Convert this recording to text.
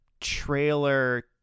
trailer